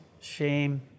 shame